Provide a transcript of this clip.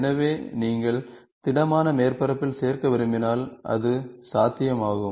எனவே நீங்கள் திடமான மேற்பரப்பில் சேர்க்க விரும்பினால் அது சாத்தியமாகும்